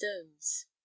stones